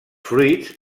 fruits